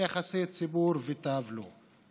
ליחסי ציבור ותו לא.